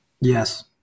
Yes